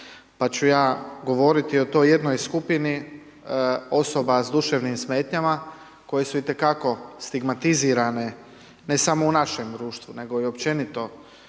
pa ću ja govoriti o toj jednoj skupini osoba s duševnim smetnjama koje su i te kako stigmatizirane, ne samo u našem društvu, nego i općenito